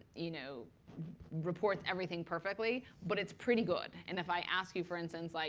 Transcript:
you know reports everything perfectly. but it's pretty good. and if i ask you, for instance, like